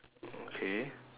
okay